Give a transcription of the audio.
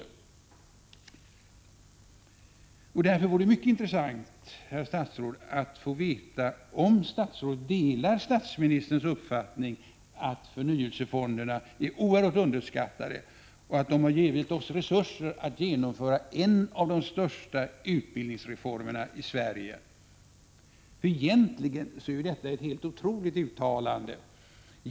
Det vore därför mycket intressant, herr statsråd, att få veta om statsrådet delar statsministerns uppfattning att förnyelsefonderna är oerhört underskattade och att de givit oss resurser att genomföra en av de största utbildningsreformerna i Sverige. Detta är egentligen ett helt otroligt uttalande.